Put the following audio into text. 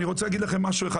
אני רוצה להגיד לכם משהו אחד,